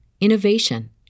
innovation